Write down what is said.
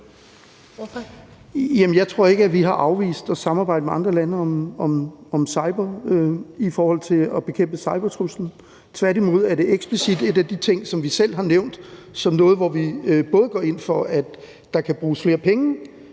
jeg tror ikke, vi har afvist at samarbejde med andre lande om cybersikkerhed i forhold til at bekæmpe cybertruslen. Tværtimod er det eksplicit en af de ting, som vi selv har nævnt som noget, hvor vi både går ind for, at der kan bruges flere penge